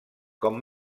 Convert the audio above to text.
com